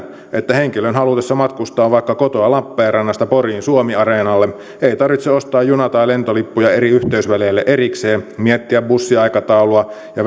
että henkilön halutessa matkustaa vaikka kotoa lappeenrannasta poriin suomiareenalle ei tarvitse ostaa juna tai lentolippuja eri yhteysväleille erikseen miettiä bussiaikataulua ja